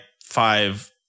five